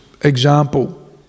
example